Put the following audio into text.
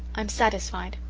i'm satisfied.